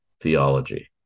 theology